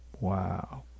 Wow